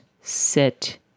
sit